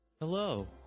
Hello